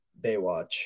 Baywatch